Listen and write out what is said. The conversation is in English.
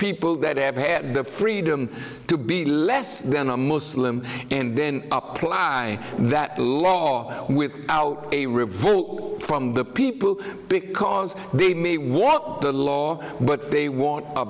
people that have had the freedom to be less than a muslim and then apply that law with out a revolt from the people because they may want the law but they want a